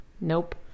nope